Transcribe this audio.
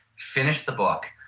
finish the book.